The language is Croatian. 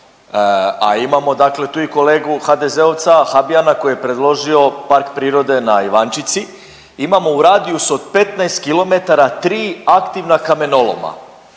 A imamo dakle tu i kolegu HDZ-ovca Habijana koji je predložio par prirode na Ivančici, imamo u radijusu od 15 km tri aktivna kamenoloma